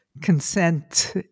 consent